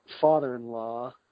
father-in-law